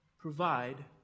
provide